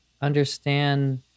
understand